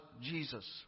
Jesus